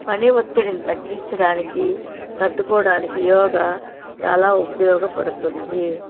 పని ఒత్తిడిని తగ్గించడానికి తట్టుకోవడానికి యోగా చాలా ఉపయోగపడుతుంది